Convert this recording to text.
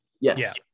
yes